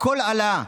הכול עלה,